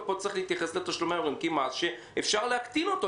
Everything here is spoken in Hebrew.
פה צריך להתייחס לתשלומי ההורים כמס שאפשר להקטין אותו,